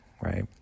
right